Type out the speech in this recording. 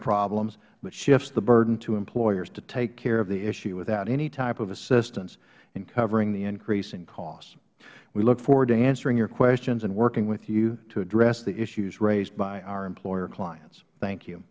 problems but shifts the burden to employers to take care of the issue without any type of assistance in covering the increase in cost we look forward to answering your questions and working with you to address the issues raised by our employer clients thank you